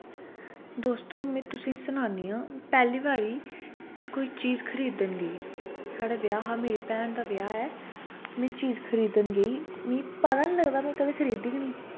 दोस्तो में तुसें सनान्नी आं पैह्ली बारी कोई चीज़ खरीदन गेई साढ़ै ब्याह् हा मेरी भैन दा ब्याह् ऐ में चीज़ खरीदन गेई मिगी पता नी लगदा में कदें खरीदी गै नी